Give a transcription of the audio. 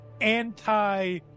anti